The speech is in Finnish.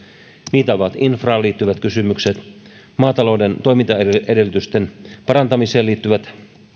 niitä ovat infraan liittyvät kysymykset maatalouden toimintaedellytysten parantamiseen liittyvät